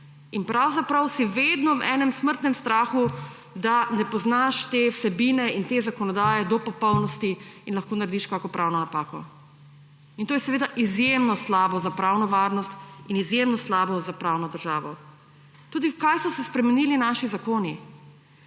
Pravzaprav si vedno v enem smrtnem strahu, da ne poznaš te vsebine in te zakonodaje do popolnosti in lahko narediš kakšno pravno napako. To je seveda izjemno slabo za pravno varnost in izjemno slabo za pravno državo. Tudi v kaj so se spremenili naši zakoni.